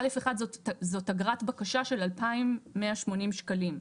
(א)(1) זו אגרת בקשה של 2,180 שקלים.